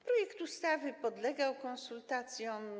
Projekt ustawy podlegał konsultacjom.